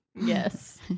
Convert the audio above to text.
Yes